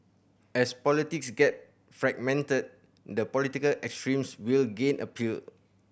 as politics get fragmented the political extremes will gain appeal